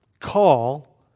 call